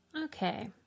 Okay